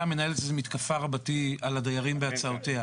מנהלת איזה מתקפה רבתי על הדיירים בהצעותיה.